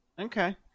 Okay